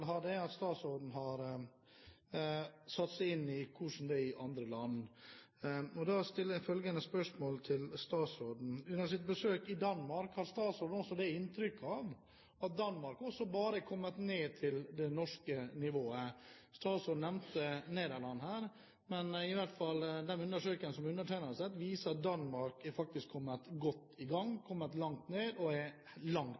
ha det at han har satt seg inn i hvordan det er i andre land. Da stiller jeg følgende spørsmål til statsråden: Hadde statsråden under sitt besøk i Danmark inntrykk av at Danmark også bare er kommet ned til det norske nivået? Statsråden nevnte Nederland, men i hvert fall den undersøkelsen som undertegnede har sett, viser at Danmark faktisk er kommet godt i gang, kommet langt